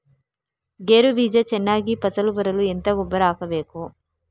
ಗೇರು ಬೀಜ ಚೆನ್ನಾಗಿ ಫಸಲು ಬರಲು ಎಂತ ಗೊಬ್ಬರ ಹಾಕಬೇಕು?